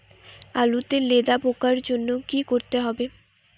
আলুতে লেদা পোকার জন্য কি করতে হবে?